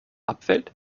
abfällt